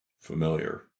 familiar